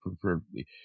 preferably